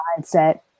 mindset